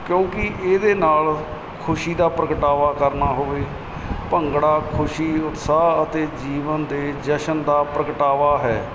ਕਿਉਂਕਿ ਇਹਦੇ ਨਾਲ ਖੁਸ਼ੀ ਦਾ ਪ੍ਰਗਟਾਵਾ ਕਰਨਾ ਹੋਵੇ ਭੰਗੜਾ ਖੁਸ਼ੀ ਉਤਸ਼ਾਹ ਅਤੇ ਜੀਵਨ ਦੇ ਜਸ਼ਨ ਦਾ ਪ੍ਰਗਟਾਵਾ ਹੈ